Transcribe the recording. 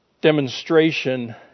demonstration